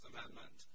Amendment